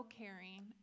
caring